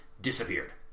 disappeared